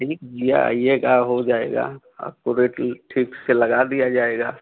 जी जी आईएगा हो जाएगा आपको रेट ठीक से लगा दिया जाएगा